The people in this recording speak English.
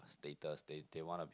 status they they wanna be